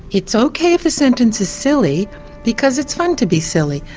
it's ok if the sentence is silly because it's fun to be silly.